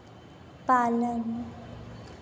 पालन